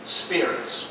spirits